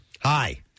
Hi